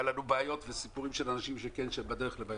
בעיות עם לוויות ואנשים שנתקעו בדרך ללוויה.